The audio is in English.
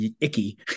icky